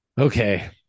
Okay